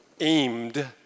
aimed